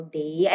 day